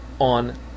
On